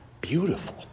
beautiful